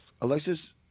Alexis